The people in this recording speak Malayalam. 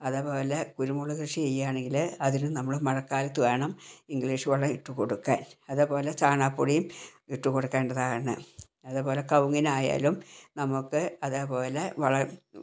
അതേപോലെ കുരുമുളക് കൃഷി ചെയ്യാനാണെങ്കില് അതിന് നമ്മള് മഴക്കാലത്തു വേണം ഇംഗ്ലീഷ് വളം ഇട്ടു കൊടുക്കാൻ അതേപോലെ ചാണാപ്പൊടിയും ഇട്ടു കൊടുക്കേണ്ടതാണ് അതേപോലെ കവുങ്ങിനായാലും നമ്മുക്ക് അതേപോലെ വളം